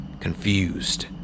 confused